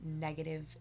negative